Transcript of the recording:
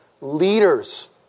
leaders